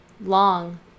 Long